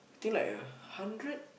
I think like a hundred